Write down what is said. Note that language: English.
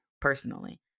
personally